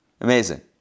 Amazing